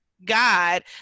god